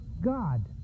God